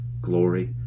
glory